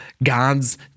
God's